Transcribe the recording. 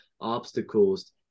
obstacles